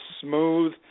smooth